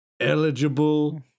eligible